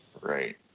Right